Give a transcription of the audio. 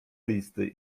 listy